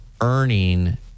earning